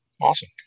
Awesome